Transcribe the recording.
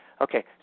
okay